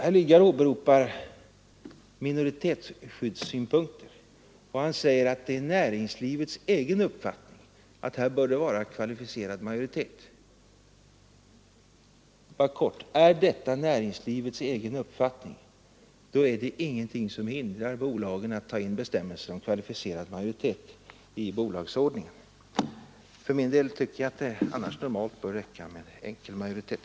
Herr Lidgard åberopar minoritetsskyddssynpunkter och säger att det är näringslivets egen uppfattning att här bör vara kvalificerad majoritet. Är detta näringslivets egen uppfattning, då är det ingenting som hindrar bolagen att ta in bestämmelser om kvalificerad majoritet i bolagsordningen. För min del tycker jag att det annars normalt bör räcka med enkel majoritet.